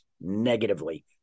negatively